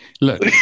Look